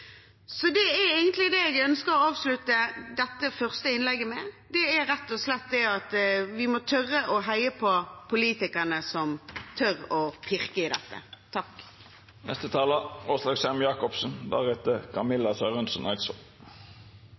Det jeg egentlig ønsker å avslutte dette første innlegget med, er rett og slett at vi må tørre å heie på politikerne som tør å pirke i dette.